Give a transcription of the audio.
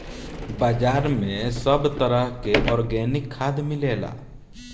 बाजार में सब तरह के आर्गेनिक खाद मिलेला